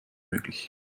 möglich